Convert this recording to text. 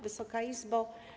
Wysoka Izbo!